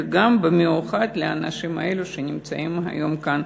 וגם במיוחד לאנשים האלו שנמצאים היום כאן.